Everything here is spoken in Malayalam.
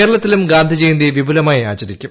കേരളത്തിലും ഗാന്ധിജയന്തി വിപുലമായി ആചരിക്കും